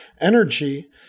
energy